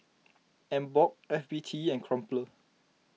Emborg F B T and Crumpler